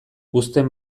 uzten